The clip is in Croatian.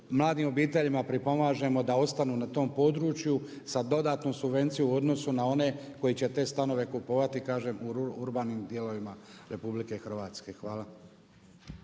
mladim obiteljima pripomažemo da ostanu na tom području sa dodatnom subvencijom u odnosu na one koji će te stanove kupovati kažem u urbanim dijelovima RH. Hvala.